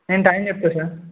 నేను టైం చెప్తా సార్